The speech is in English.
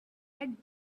that